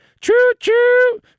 choo-choo